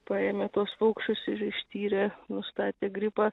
paėmė tuos paukščius ištyrė nustatė gripą